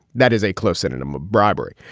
that is a close synonym of bribery.